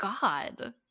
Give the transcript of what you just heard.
God